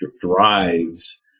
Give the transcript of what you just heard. drives